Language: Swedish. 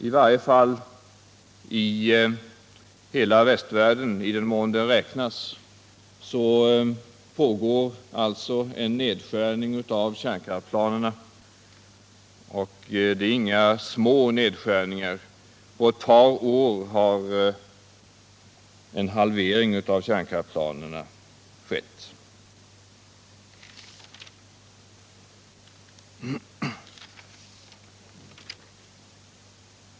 I varje fall pågår det i hela västvärlden — i den mån den räknas i hans fall — en nedskärning av kärnkraftsplanerna. Och det är inga små nedskärningar! På ett par år har en halvering av kärnkraftsplanerna skett.